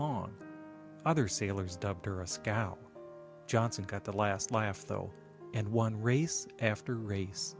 long other sailors dubbed her a scout johnson got the last laugh though and one race after race